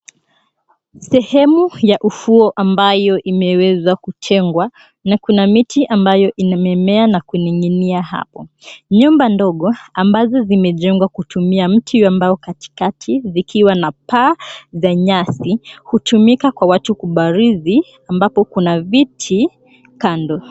Sehemu ya ufuo ambayo imeweza kutengwa na kuna miti ambayo imemea na kuning'inia hapo. Nyumba ndogo ambazo zimejengwa kutumia mti wa mbao katikati zikiwa na paa za nyasi hutumika kwa watu kubarizi ambapo kuna viti kando.